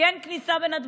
כן כניסה בנתב"ג,